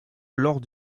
lors